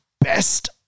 best